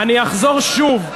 אני אחזור שוב,